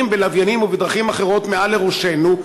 בלוויינים ובדרכים אחרות מעל לראשינו,